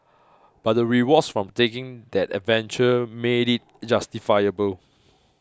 but the rewards from taking that adventure made it justifiable